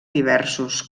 diversos